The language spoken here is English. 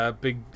big